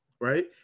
right